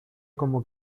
como